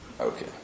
Okay